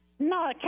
No